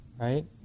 right